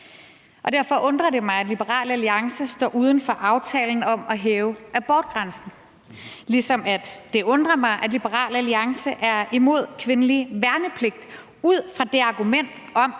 i. Derfor undrer det mig, at Liberal Alliance står uden for aftalen om at hæve abortgrænsen, ligesom det undrer mig, at Liberal Alliance er imod kvindelig værnepligt ud fra det argument,